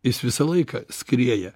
jis visą laiką skrieja